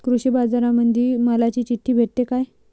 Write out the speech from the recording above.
कृषीबाजारामंदी मालाची चिट्ठी भेटते काय?